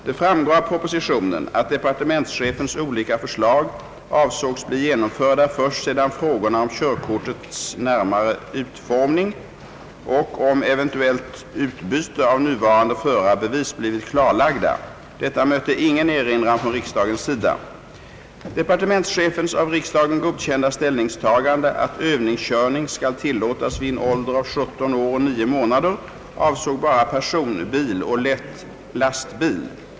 Det framgår av propositionen att departementschefens olika förslag avsågs bli genomförda först sedan frågorna om körkortets närmare utformning och om eventuellt utbyte av nuvarande förarbevis blivit klarlagda. Detta mötte ingen erinran från riksdagens sida. Departementschefens av riksdagen godkända ställningstagande att Öövningskörning skall tillåtas vid en ålder av 17 år 9 månader avsåg bara personbil och lätt lastbil.